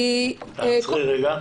עצרי רגע.